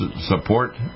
support